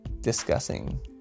discussing